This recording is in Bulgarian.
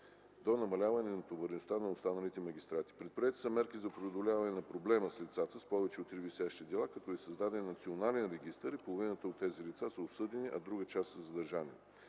до намаляване на натовареността на магистратите. Предприети са мерки за преодоляване на проблема с лицата с повече от 3 висящи дела, като е създаден национален регистър и половината от тези лица са осъдени, а друга част са задържани.